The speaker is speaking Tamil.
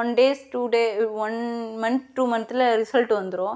one days two day one month two மன்த்தில் ரிசல்ட் வந்துடும்